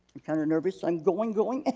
kinda nervous, i'm going, going.